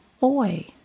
boy